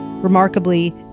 Remarkably